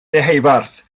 deheubarth